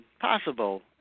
possible